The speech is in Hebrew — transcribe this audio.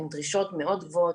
הן דרישות מאוד גבוהות.